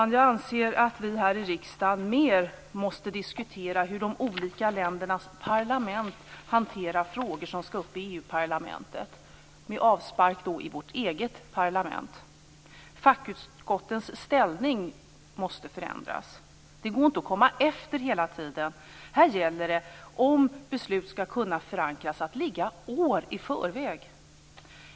Jag anser att vi här i riksdagen mer måste diskutera hur de olika ländernas parlament hanterar frågor som skall upp i EU-parlamentet, med avspark i vårt eget parlament. Fackutskottens ställning måste förändras. Det går inte att komma efter hela tiden. Om beslut skall kunna förankras gäller det här att ligga år i förväg.